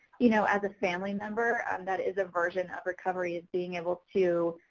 you know, as a family member, um that is a version of recovery, is being able to,